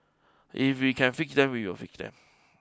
if we can fix them we will fix them